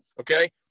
Okay